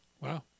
Wow